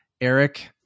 Eric